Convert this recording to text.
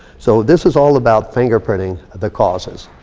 so this is all about fingerprinting the causes.